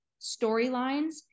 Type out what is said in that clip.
storylines